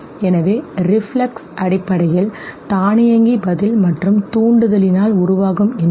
எனவே reflex அடிப்படையில் தானியங்கி பதில் மற்றும் தூண்டுதலினால் உருவாகும் இணைப்பு